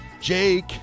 Jake